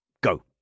Go